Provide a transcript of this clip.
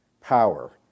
power